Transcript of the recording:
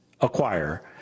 acquire